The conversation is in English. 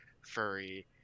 furry